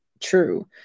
true